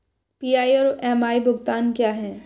PI और MI भुगतान क्या हैं?